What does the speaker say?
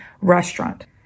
restaurant